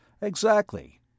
Exactly